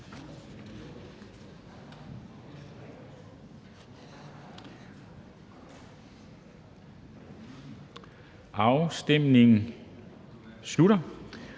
Afstemningen slutter.